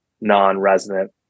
non-resident